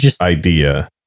idea